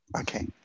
okay